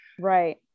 Right